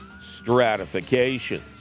stratifications